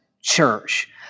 church